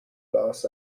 los